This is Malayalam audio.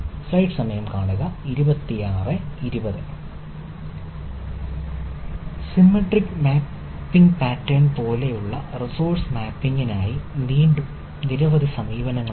സിമെട്രിക് മാപ്പിംഗ് പാറ്റേൺ പോലുള്ള റിസോഴ്സ് മാപ്പിംഗിനായി വീണ്ടും നിരവധി സമീപനങ്ങളുണ്ട്